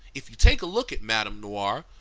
if you take a look at madame noire,